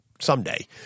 someday